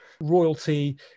royalty